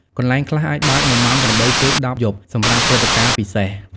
កន្លែងខ្លះអាចបើកនៅម៉ោង ៨ ឬ ១០ យប់ សម្រាប់ព្រឹត្តិការណ៍ពិសេស។